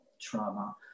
trauma